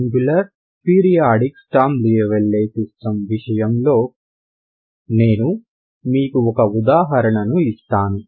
singular periodic Sturm Liouville system విషయంలో నేను మీకు ఒక ఉదాహరణను ఇస్తాము